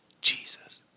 Jesus